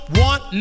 want